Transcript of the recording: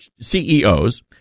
CEOs